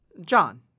John